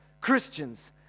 Christians